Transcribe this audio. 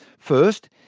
first,